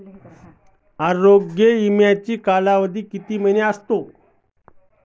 आरोग्य विमाचा कालावधी किती महिने असतो?